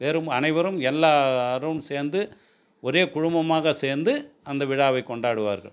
வெறும் அனைவரும் எல்லாரும் சேர்ந்து ஒரே குழுமமாக சேர்ந்து அந்த விழாவை கொண்டாடுவார்கள்